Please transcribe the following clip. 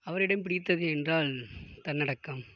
அவரிடம் பிடித்தது என்றால் தன்னடக்கம்